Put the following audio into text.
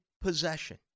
possession